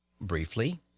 Briefly